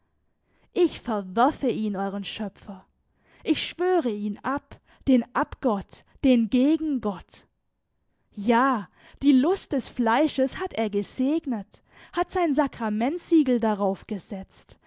ich verwerfe ihn euren schöpfer ich schwöre ihn ab den abgott den gegengott ja die lust des fleisches hat er gesegnet hat sein sakramentsiegel darauf gesetzt